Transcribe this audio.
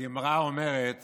הגמרא אומרת